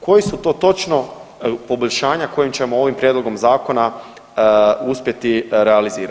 Koji su to točno poboljšanja, kojim ćemo ovim prijedlogom zakona uspjeti realizirati?